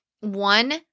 one